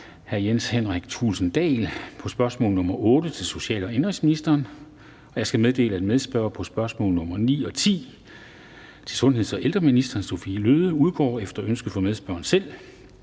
Jens Henrik Thulesen Dahl (DF), på spørgsmål nr. 8 (S 1309) til social- og indenrigsministeren. Jeg skal meddele, at medspørger på spørgsmål nr. 9 og 10 (S 1292 og S 1293) til sundheds- og ældreministeren, Sophie Løhde, udgår efter ønske fra medspørgeren selv.